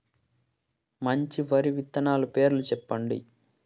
మంచి వరి విత్తనాలు పేర్లు చెప్పండి?